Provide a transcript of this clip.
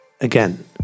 Again